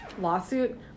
lawsuit